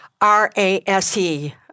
R-A-S-E